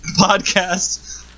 podcast